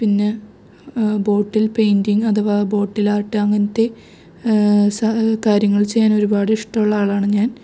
പിന്നെ bottle painting അഥവാ bottle art അങ്ങനത്തെ കാര്യങ്ങൾ ചെയ്യാൻ ഒരുപാട് ഇഷ്ടമുള്ള ആളാണ് ഞാൻ